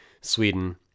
Sweden